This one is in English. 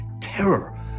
terror